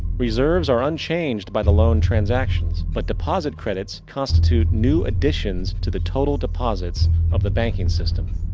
reserves are unchanged by the loan transactions. but, deposit credits constitute new additions to the total deposits of the banking system.